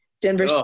Denver